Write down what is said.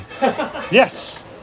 Yes